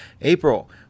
April